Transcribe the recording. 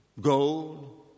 gold